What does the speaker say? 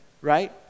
right